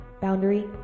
boundary